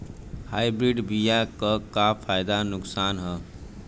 Hybrid बीज क का फायदा नुकसान ह?